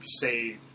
say